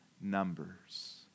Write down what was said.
numbers